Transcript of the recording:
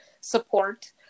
support